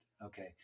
Okay